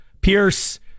Pierce